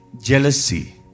jealousy